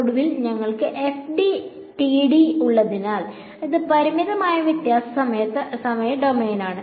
ഒടുവിൽ ഞങ്ങൾക്ക് FDTD ഉള്ളതിനാൽ അത് പരിമിതമായ വ്യത്യാസ സമയ ഡൊമെയ്നാണ്